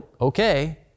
okay